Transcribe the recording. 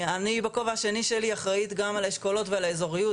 אני בכובע השני שלי אחראית גם על אשכולות ועל האיזוריות.